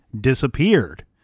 disappeared